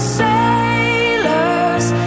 sailors